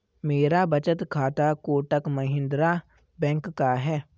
मेरा बचत खाता कोटक महिंद्रा बैंक का है